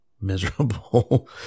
miserable